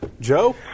Joe